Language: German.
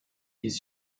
dies